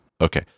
Okay